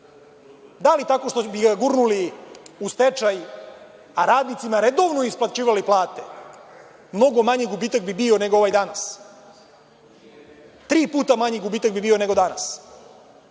Da li tako što bi ga gurnuli u stečaj, a radnicima redovno isplaćivali plate, ali mnogo manji gubitak bi bio nego ovaj danas. Tri puta manji gubitak bi bio nego danas,